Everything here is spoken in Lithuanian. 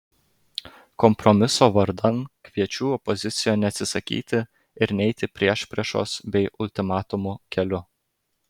kompromiso vardan kviečiu opoziciją neatsisakyti ir neiti priešpriešos bei ultimatumų keliu